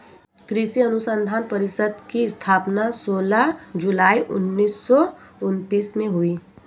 कृषि अनुसंधान परिषद की स्थापना सोलह जुलाई उन्नीस सौ उनत्तीस में हुई